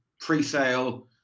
pre-sale